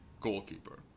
goalkeeper